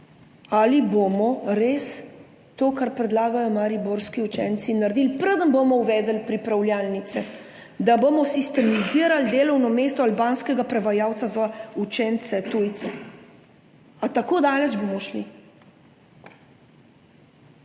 ali bomo res to, kar predlagajo mariborski učenci, naredili, preden bomo uvedli pripravljalnice, da bomo sistemizirali delovno mesto albanskega prevajalca za učence tujce. A tako daleč bomo šli?